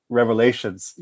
revelations